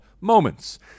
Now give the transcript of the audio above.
Moments